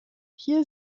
hier